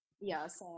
yes